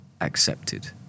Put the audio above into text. accepted